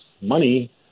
money